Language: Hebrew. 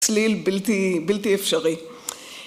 צליל בלתי אפשרי.